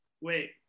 wait